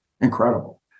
incredible